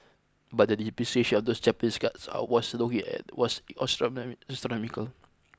but the depreciation of those Japanese cars I was looking at was astronomic astronomical